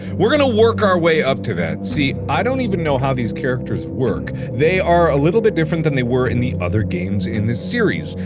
we're gonna work our way up to that. see, i don't even know how these characters work. they are a little bit different than they were in the other games in this series.